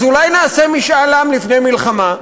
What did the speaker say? אז אולי נעשה משאל עם לפני מלחמה.